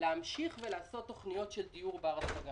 להמשיך ולעשות תוכניות של דיור בר-השגה.